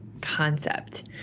concept